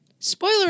Spoiler